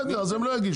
בסדר, אז הם לא יגישו.